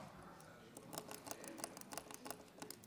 אדוני